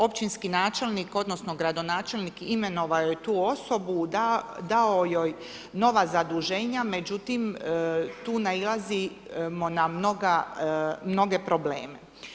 Općinski načelnik odnosno gradonačelnik imenovao je tu osobu, dao joj nova zaduženja, međutim tu nailazimo na mnoge probleme.